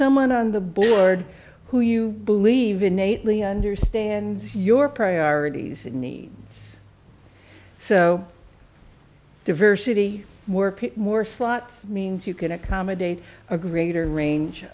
someone on the board who you believe innately understands your priorities and needs so diversity work more slots means you can accommodate a greater range